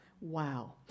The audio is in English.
wow